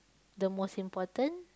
the most important